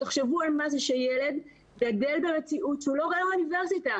תחשבו על ילד שגדל במציאות שהוא לא רואה אוניברסיטה.